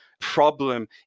problem